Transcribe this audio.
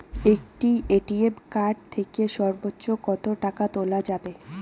একটি ATM card থেকে সর্বোচ্চ কত টাকা তোলা যাবে?